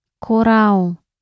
Coral